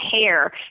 hair